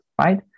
right